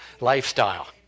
lifestyle